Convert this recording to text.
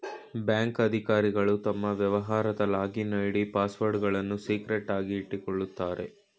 bank ಅಧಿಕಾರಿಗಳು ತಮ್ಮ ವ್ಯವಹಾರದ ಲಾಗಿನ್ ಐ.ಡಿ, ಪಾಸ್ವರ್ಡ್ಗಳನ್ನು ಸೀಕ್ರೆಟ್ ಆಗಿ ಇಟ್ಕೋತಾರೆ